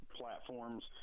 platforms